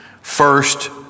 First